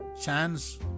chance